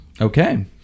Okay